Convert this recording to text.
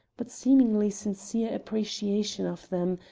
but seemingly sincere appreciation of them,